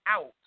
out